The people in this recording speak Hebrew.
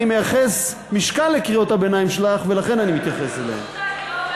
אני מייחס משקל לקריאות הביניים שלך ולכן אני מתייחס אליהן.